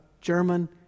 German